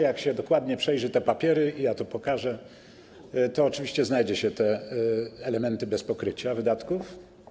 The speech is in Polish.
Jak się dokładnie przejrzy te papiery, i ja to pokażę, to oczywiście znajdzie się te elementy bez pokrycia wydatków.